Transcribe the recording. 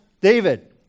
David